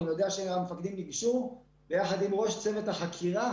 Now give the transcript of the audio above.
אני יודע שהמפקדים ניגשו יחד עם ראש צוות החקירה